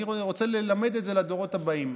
אני רוצה ללמד את זה את הדורות הבאים.